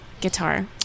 guitar